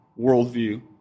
worldview